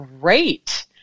great